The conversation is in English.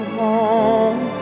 home